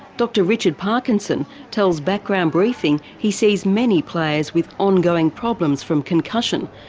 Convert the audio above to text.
dr richard parkinson tells background briefing he sees many players with ongoing problems from concussion,